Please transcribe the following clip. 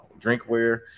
drinkware